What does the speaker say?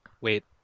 Wait